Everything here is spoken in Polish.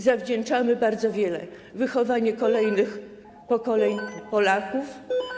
Zawdzięczamy bardzo wiele: wychowanie kolejnych pokoleń Polaków.